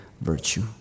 virtue